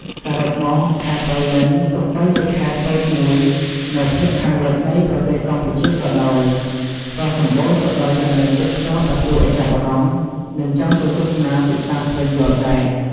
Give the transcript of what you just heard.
សរុបមក ខេត្តប៉ៃលិន ទោះបីជាខេត្តតូចមួយនៅភាគខាងលិចនៃប្រទេសកម្ពុជាក៏ដោយ ក៏សម្បូរទៅដោយកន្លែងទេសចរណ៍ដ៏គួរឱ្យចាប់អារម្មណ៍និងចង់ទៅទស្សនាសិក្សាស្វែងយល់ដែរ។